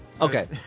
Okay